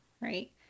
right